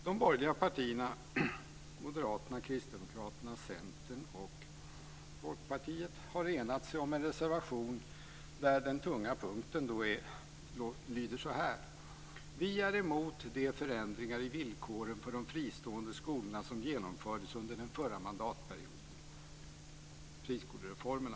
De borgerliga partierna - Moderaterna, Kristdemokraterna, Centern och Folkpartiet - har enats om en reservation där den tunga punkten lyder: "Vi är emot de förändringar i villkoren för de fristående skolorna som genomfördes under den förra mandatperioden." Det gäller alltså friskolereformen.